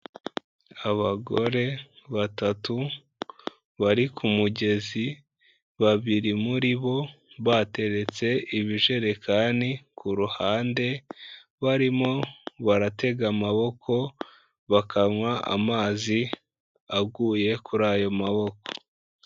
Abagore batatu, bari ku mugezi, babiri muri bo bateretse ibijerekani ku ruhande, barimo baratega amaboko, bakanywa amazi, aguye kuri ayo maboko.